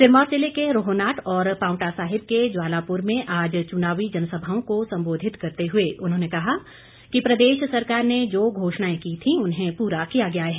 सिरमौर जिले के रोहनाट और पांवटा साहिब के ज्वालापुर में आज चुनावी जनसभाओं को संबोधित करते हुए उन्होंने कहा कि प्रदेश सरकार ने जो घोषणाएं की थी उन्हें पूरा किया गया है